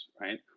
right